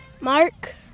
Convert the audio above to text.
Mark